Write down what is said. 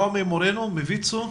נעמי מורנו מ-ויצ"ו.